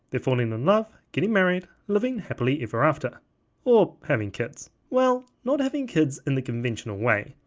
they're falling in love, getting married, living happily ever after or having kids. well not having kids in the conventional way,